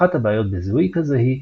אחת הבעיות בזיהוי כזה היא,